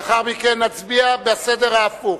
לאחר מכן נצביע בסדר ההפוך.